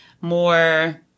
more